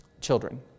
children